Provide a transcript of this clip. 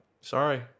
sorry